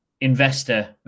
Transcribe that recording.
Investor